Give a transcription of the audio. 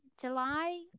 July